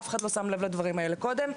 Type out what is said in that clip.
אף אחד לא שם לב לדברים האלה קודם,